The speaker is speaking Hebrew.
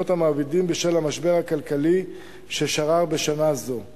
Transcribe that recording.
המעבידים בשל המשבר הכלכלי ששרר בשנה זו.